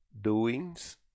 doings